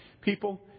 People